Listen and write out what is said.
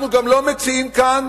אנחנו גם לא מציעים כאן